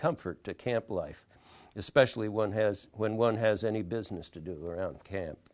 comfort to camp life especially one has when one has any business to do around camp